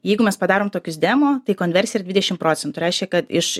jeigu mes padarom tokius demo tai konversija yra dvidešimt procentų reiškia kad iš